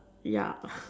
ya